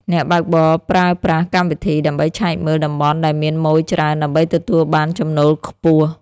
អ្នកបើកបរប្រើប្រាស់កម្មវិធី ដើម្បីឆែកមើលតំបន់ដែលមានម៉ូយច្រើនដើម្បីទទួលបានចំណូលខ្ពស់។